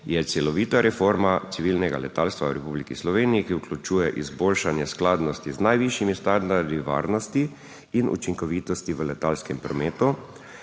je celovita reforma civilnega letalstva v Republiki Sloveniji, ki vključuje izboljšanje skladnosti z najvišjimi standardi varnosti in učinkovitosti v letalskem prometu,